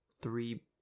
three